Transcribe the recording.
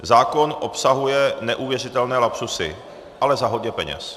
Zákon obsahuje neuvěřitelné lapsy, ale za hodně peněz.